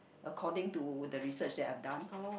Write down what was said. according to the research that I've done